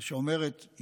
שאומרת,